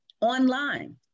online